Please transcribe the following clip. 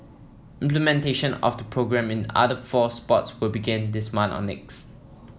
implementation of the programme in other four sports will begin this month or next